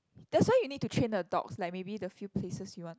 that's why you need to train the dogs like maybe the few places you want